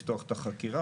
לפתוח את החקירה,